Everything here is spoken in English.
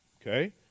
okay